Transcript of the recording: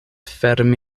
fermi